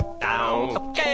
down